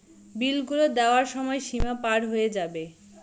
বিল গুলো দেওয়ার সময় সীমা পার হয়ে যাবে